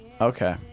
Okay